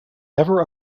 never